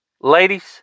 Ladies